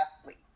athlete